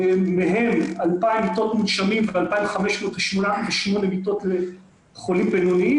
מהן 2,000 מיטות מונשמים ו-2,508 מיטות לחולים בינוניים,